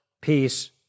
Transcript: peace